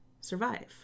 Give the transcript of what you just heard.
survive